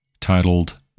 titled